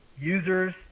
users